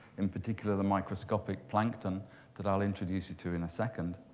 in particular the microscopic plankton that i'll introduce you to in a second.